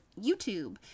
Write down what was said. YouTube